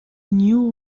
knew